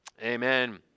Amen